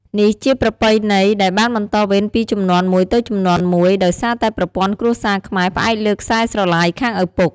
នេះជាប្រពៃណីដែលបានបន្តវេនពីជំនាន់មួយទៅជំនាន់មួយ ដោយសារតែប្រព័ន្ធគ្រួសារខ្មែរផ្អែកលើខ្សែស្រឡាយខាងឪពុក។